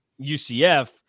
UCF